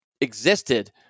existed